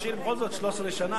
בכל זאת הייתי ראש עיר 13 שנה,